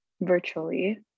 virtually